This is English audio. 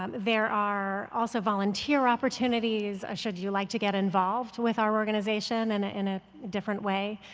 um there are also volunteer opportunities, should you like to get involved with our organization and ah in a different way.